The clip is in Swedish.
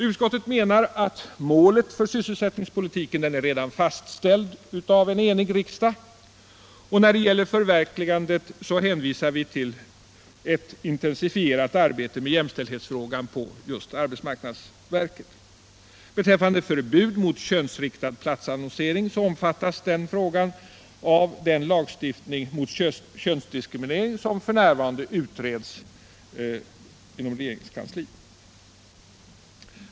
Utskottet menar att målet för sysselsättningspolitiken redan är fastställt av en enig riksdag, och när det gäller förverkligandet hänvisar vi till ett intensifierat arbete med jämställdhetsfrågan hos just arbetsmarknadsverket. Beträffande förbud mot könsriktad platsannonsering, så omfattas frågan av den lagstiftning mot könsdiskriminering som f. n. utreds inom regeringens kansli.